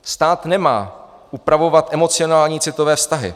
Stát nemá upravovat emocionální citové vztahy.